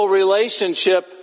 relationship